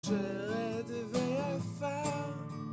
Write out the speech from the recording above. שרד ואיפה